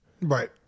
right